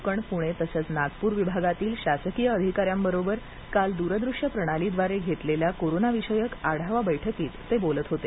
कोकण पुणे तसेच नागपूर विभागातील शासकीय अधिकाऱ्यांबरोबर काल द्रदूश्य प्रणालीद्वारे घेतलेल्या कोरोनाविषयक आढावा बैठकीत ते बोलत होते